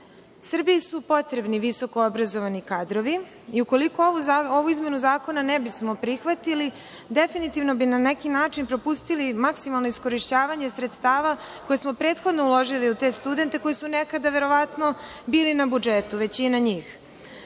izvora. Srbiji su potrebni visokoobrazovani kadrovi i ukoliko ovu izmenu zakona ne bismo prihvatili definitivno bi na neki način propustili maksimalno iskorišćavanje sredstava koje smo prethodno uložili u te studente koji su nekada verovatno bili na budžetu, većina njih.